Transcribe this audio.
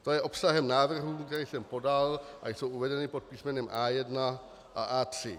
To je obsahem návrhů, které jsem podal a jsou uvedeny pod písmenem A1 a A3.